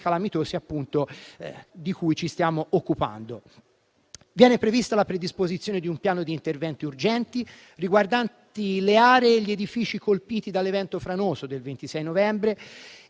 calamitosi di cui ci stiamo occupando. Viene prevista la predisposizione di un piano di interventi urgenti riguardanti le aree e gli edifici colpiti dall'evento franoso del 26 novembre